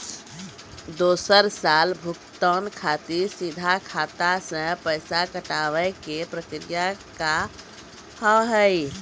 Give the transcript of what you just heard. दोसर साल भुगतान खातिर सीधा खाता से पैसा कटवाए के प्रक्रिया का हाव हई?